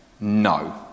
no